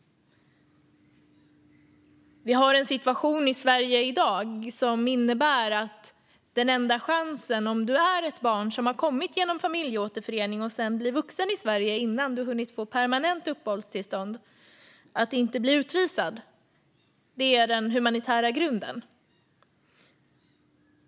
Vi har en situation i Sverige i dag som innebär att den enda chansen för ett barn som har kommit hit genom familjeåterförening och sedan blir vuxen i Sverige innan det hunnit få permanent uppehållstillstånd att inte bli utvisat är den humanitära grunden.